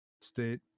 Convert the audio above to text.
state